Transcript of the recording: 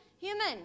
human